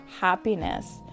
happiness